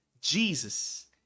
Jesus